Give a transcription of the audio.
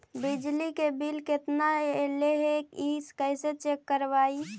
बिजली के बिल केतना ऐले हे इ कैसे चेक करबइ?